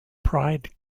pride